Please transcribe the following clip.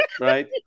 right